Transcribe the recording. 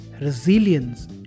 resilience